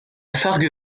fargue